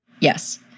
Yes